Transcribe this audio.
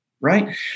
right